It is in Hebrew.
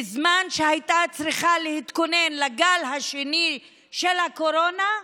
בזמן שהייתה צריכה להתכונן לגל השני של הקורונה,